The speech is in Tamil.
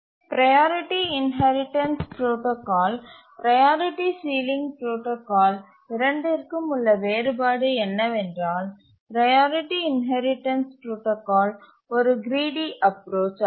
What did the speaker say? priority inheritance protocol priority ceiling protocol இரண்டிற்கும் உள்ள வேறுபாடு என்னவென்றால் ப்ரையாரிட்டி இன்ஹெரிடன்ஸ் புரோடாகால் ஒரு கிரீடி அப்புரோச் ஆகும்